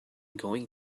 going